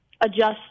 adjust